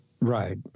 Right